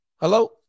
Hello